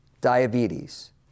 diabetes